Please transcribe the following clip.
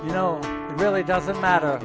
and really doesn't matter